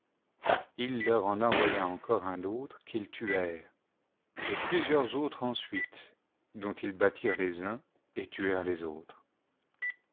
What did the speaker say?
il leur en envoya encore un autre qu'ils tuèrent et plusieurs autres ensuite dont ils battirent les uns et tuèrent les autres